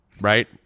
Right